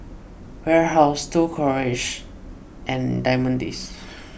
Warehouse Cold Storage and Diamond Days